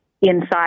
inside